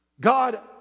God